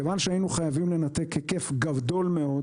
מכיוון שהיינו חייבים לנתק היקף גדול מאוד,